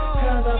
cause